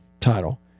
title